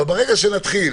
אבל ברגע שנתחיל